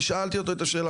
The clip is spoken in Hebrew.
ושאלתי אותו את השאלה.